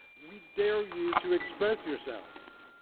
we dare you to express yourselves.